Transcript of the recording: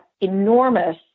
enormous